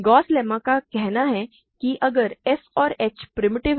Gauss lemma का कहना है कि अगर f और h प्रिमिटिव हैं